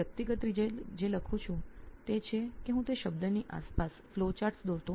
હું વ્યક્તિગત એવી રીતે લખું છું કે હું એક શબ્દ લખું અને ત્યાર બાદ તે શબ્દની આસપાસ ફ્લોચાર્ટ્સ દોરીશ